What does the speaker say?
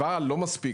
אבל לא מספיק,